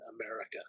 America